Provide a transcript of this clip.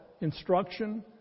instruction